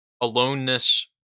aloneness